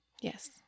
Yes